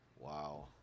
wow